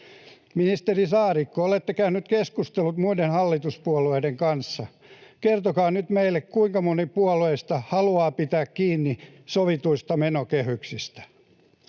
Ministeri Saarikko, olette käynyt keskustelut muiden hallituspuolueiden kanssa. Kertokaa nyt meille, kuinka moni puolueista haluaa pitää kiinni sovituista menokehyksistä.